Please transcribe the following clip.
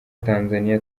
tanzaniya